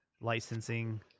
licensing